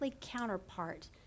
counterpart